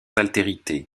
altérité